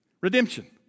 Redemption